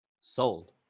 Sold